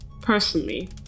personally